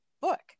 Book